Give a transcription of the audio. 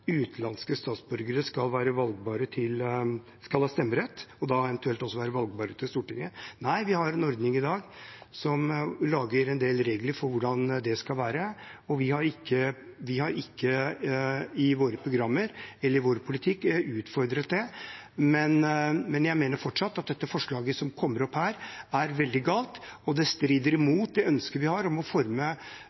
utenlandske statsborgere skal ha stemmerett, og da eventuelt også være valgbare til Stortinget. Nei, vi har en ordning i dag som lager en del regler for hvordan det skal være, og vi har ikke i våre programmer eller i vår politikk utfordret det. Men jeg mener fortsatt at det forslaget vi behandler her, er veldig galt. Det strider mot det ønsket vi har om å forme